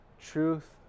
truth